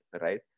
right